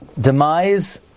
demise